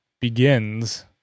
begins